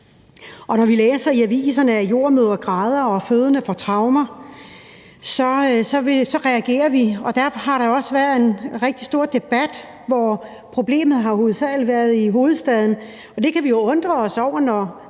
når vi læser i aviserne, at jordemødre græder og fødende får traumer, reagerer vi, og derfor har der også været en rigtig stor debat. Problemet har hovedsagelig været i hovedstaden, og det kan vi undre os over. Jeg